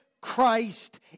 Christ